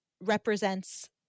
represents